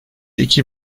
iki